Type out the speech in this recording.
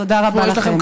תודה רבה לכם.